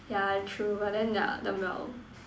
yeah true but then yeah dumbbell